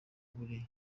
buri